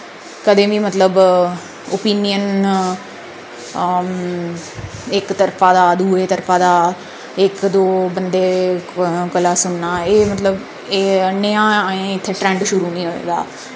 कदें बी मतलब ओपिनियन इक तरफा दा दूए तरफा दा इक दो बंदे कोला सुनना एह् मतलब एह् नेआ अजें इत्थै ट्रेंड शुरू निं होए दा